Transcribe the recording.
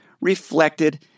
reflected